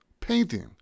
painting